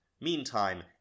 Meantime